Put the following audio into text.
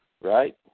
right